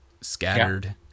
scattered